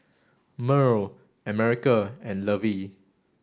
Merl America and Lovey